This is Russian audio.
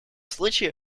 случае